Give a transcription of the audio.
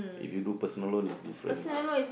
if you do personal loan it's different